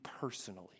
personally